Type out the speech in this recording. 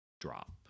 drop